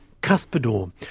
cuspidor